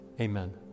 amen